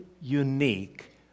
unique